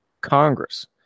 Congress